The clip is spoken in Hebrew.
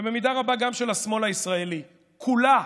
ובמידה רבה גם של השמאל הישראלי, כולה,